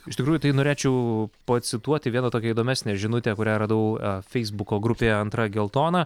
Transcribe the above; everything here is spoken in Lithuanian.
iš tikrųjų tai norėčiau pacituoti vieną tokią įdomesnę žinutę kurią radau feisbuko grupėje antra geltona